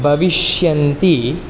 भविष्यन्ति